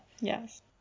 Yes